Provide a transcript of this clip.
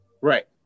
right